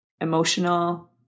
emotional